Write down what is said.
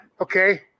Okay